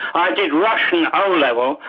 i did russian o-level,